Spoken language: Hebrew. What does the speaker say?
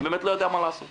אני באמת לא יודע מה לעשות,